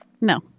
No